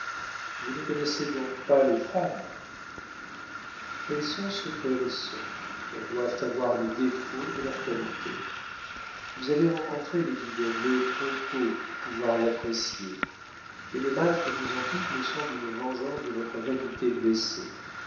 vous ne connaissez donc pas les femmes elles sont ce qu'elles sont elles doivent avoir les défauts de leurs qualités vous avez rencontré lady dudley trop tôt pour pouvoir l'apprécier et le mal que vous en dites me semble une vengeance de votre vanité blessée